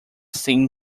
seen